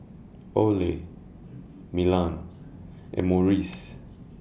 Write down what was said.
Olay Milan and Morries